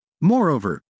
Moreover